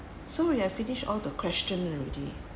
so we have finished all the question already